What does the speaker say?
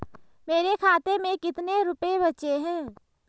मेरे खाते में कितने रुपये बचे हैं?